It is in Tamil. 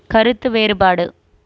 கருத்து வேறுபாடு